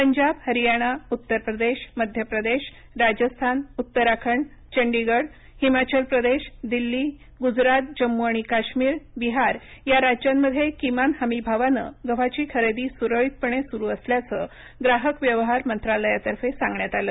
पंजाब हरियाणाउत्तरप्रदेश मध्य प्रदेशराजस्थानउत्तराखंडचंडीगडहिमाचलप्रदेश दिल्लीगुजरातजम्मू आणि काश्मीरबिहार या राज्यांमध्ये किमान हमी भावानं गव्हाची खरेदी सुरळितपणे सुरू असल्याचं ग्राहक व्यवहार मंत्रालयातर्फे सांगण्यात आलं